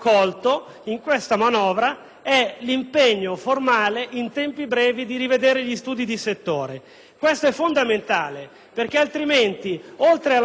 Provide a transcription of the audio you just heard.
punto fondamentale, perché altrimenti oltre alla crescita della disoccupazione, normale in una situazione come quella attuale, avremmo avuto la chiusura